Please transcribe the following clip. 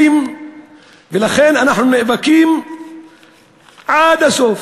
לכן, אנחנו נאבקים עד הסוף